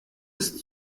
ist